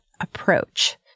approach